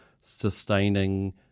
sustaining